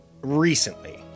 Recently